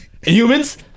Humans